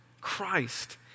Christ